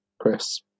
Chris